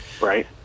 Right